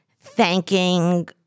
thanking